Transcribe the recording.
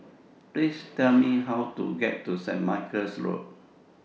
Please Tell Me How to get to St Michael's Road